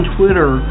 Twitter